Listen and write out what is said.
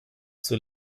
zur